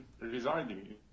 residing